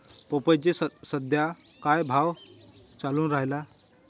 पपईचा सद्या का भाव चालून रायला?